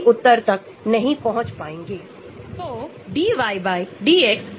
electronic descriptors electronic features